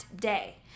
day